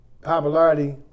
Popularity